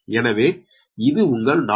எனவே இது உங்கள் 4